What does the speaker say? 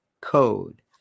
code